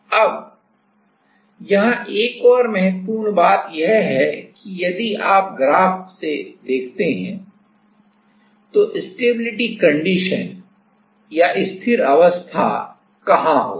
अब यहां एक और महत्वपूर्ण बात यह है कि यदि आप ग्राफ से देखते हैं तो स्टेबिलिटी कंडीशन कहां होगी